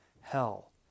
hell